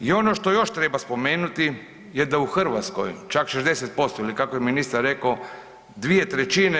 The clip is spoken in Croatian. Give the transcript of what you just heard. I ono što još treba spomenuti je da u Hrvatskoj čak 60% ili kako je ministar rekao 2/